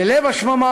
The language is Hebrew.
ללב השממה